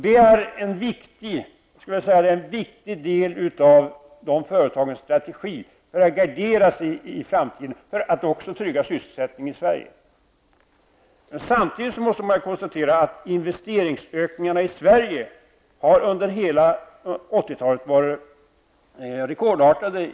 Det är en viktig del av företagens strategi för att gardera sig inför framtiden och trygga sysselsättningen i Samtidigt måste man konstatera att investeringsökningarna i Sverige har varit rekordartade under hela 80-talet.